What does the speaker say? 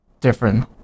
different